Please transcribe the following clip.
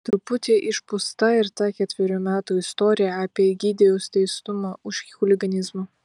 truputį išpūsta ir ta ketverių metų istorija apie egidijaus teistumą už chuliganizmą